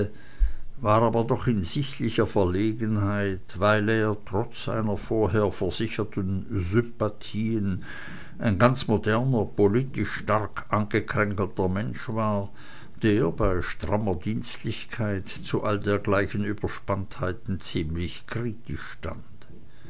war aber doch in sichtlicher verlegenheit weil er trotz seiner vorher versicherten sympathien ein ganz moderner politisch stark angekränkelter mensch war der bei strammster dienstlichkeit zu all dergleichen überspanntheiten ziemlich kritisch stand